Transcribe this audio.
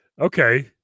Okay